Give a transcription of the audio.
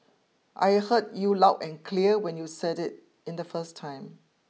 I heard you loud and clear when you said it in the first time